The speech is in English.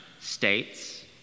states